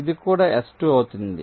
ఇది కూడా S2 అవుతుంది